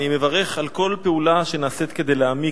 אני מברך על כל פעולה שנעשית כדי להעמיק.